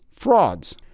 frauds